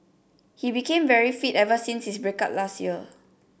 he became very fit ever since his break up last year